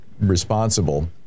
responsible